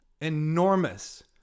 enormous